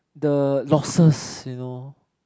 the losses you know